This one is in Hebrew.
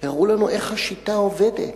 הראו לנו איך השיטה עובדת,